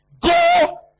Go